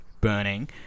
burning